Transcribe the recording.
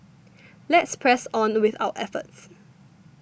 let's press on with our efforts